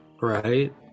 Right